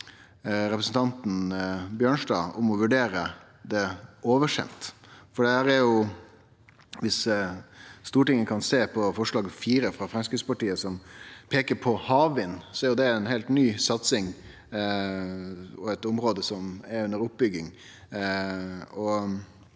representanten Bjørnstad om å vurdere å få det oversendt, for viss Stortinget kan sjå på forslag nr. 4, frå Framstegspartiet, som peiker på havvind, er det ei heilt ny satsing, eit område som er under oppbygging.